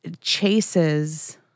chases